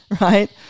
right